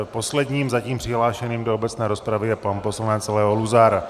Posledním zatím přihlášeným do obecné rozpravy je pan poslanec Leo Luzar.